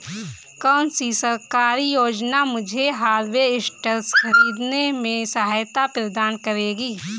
कौन सी सरकारी योजना मुझे हार्वेस्टर ख़रीदने में सहायता प्रदान करेगी?